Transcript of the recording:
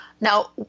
Now